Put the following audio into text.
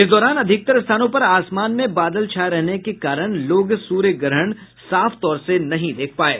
इस दौरान अधिकतर स्थानों पर आसमान में बादल छाये रहने के कारण लोग सूर्य ग्रहण नहीं देख पाये